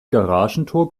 garagentor